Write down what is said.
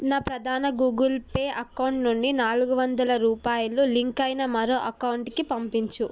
నా ప్రధాన Google Pay account నుండి నాలుగు వందల రూపాయలు లింకు అయిన మరో అకౌంటుకి పంపించు